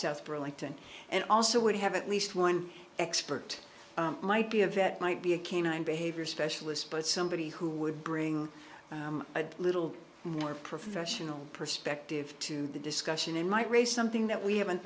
south burlington and also would have at least one expert might be a vet might be a canine behavior specialist but somebody who would bring a little more professional perspective to the discussion in might raise something that we haven't